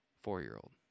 four-year-old